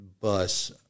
bus